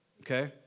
Okay